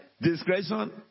discretion